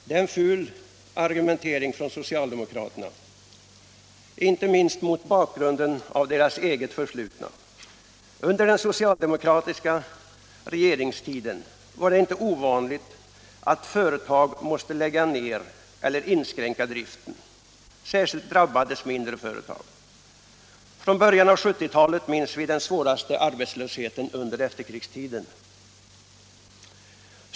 Det är en ful argumentering från socialdemokraterna, inte minst mot bakgrunden av deras eget förflutna. Under den socialdemokratiska regeringstiden var det inte ovanligt att företag måste läggas ner eller inskränka driften, särskilt drabbades mindre företag. Från början av 1970-talet minns vi den svåraste arbetslösheten under efterkrigstiden.